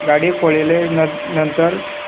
गाडी पळेले नंतर